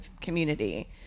community